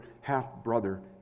half-brother